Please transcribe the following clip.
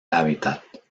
hábitat